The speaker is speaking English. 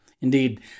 Indeed